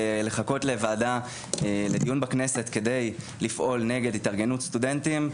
ולחכות לדיון בכנסת כדי לפעול נגד התארגנות סטודנטים,